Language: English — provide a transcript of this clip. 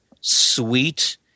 sweet